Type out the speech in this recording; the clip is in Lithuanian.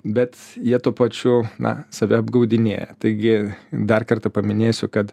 bet jie tuo pačiu na save apgaudinėja taigi dar kartą paminėsiu kad